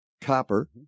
copper